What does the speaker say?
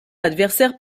adversaire